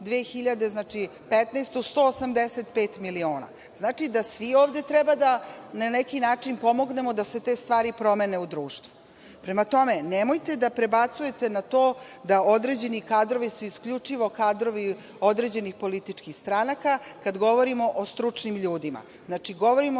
2015. godinu, 185 miliona evra. Znači, da svi ovde treba na neki način da pomognemo da se te stvari promene u društvu. Prema tome, nemojte da prebacujete na to da određeni kadrovi su isključivo kadrovi određenih političkih stranaka, kada govorimo o stručnim ljudima. Znači, govorimo